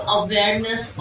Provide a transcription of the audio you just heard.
awareness